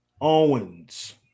Owens